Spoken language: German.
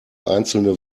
einzelne